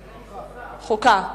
נראה לי ועדת חוקה.